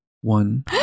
One